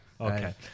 Okay